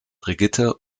brigitte